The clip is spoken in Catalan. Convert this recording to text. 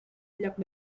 lloc